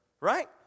right